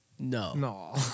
No